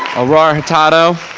aurora hurtado.